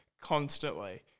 constantly